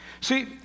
See